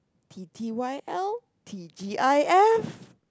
P T Y L T_G_I_F